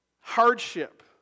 hardship